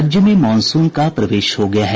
राज्य में मॉनसून का प्रवेश हो गया है